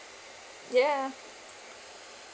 ya